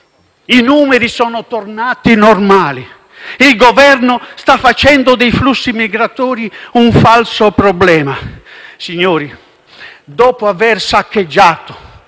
i numeri sono tornati normali e che il Governo sta facendo dei flussi migratori un falso problema. Signori, dopo aver saccheggiato